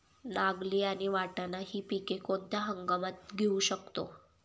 नागली आणि वाटाणा हि पिके कोणत्या हंगामात घेऊ शकतो?